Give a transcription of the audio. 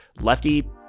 Lefty